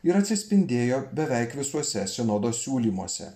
ir atsispindėjo beveik visuose sinodo siūlymuose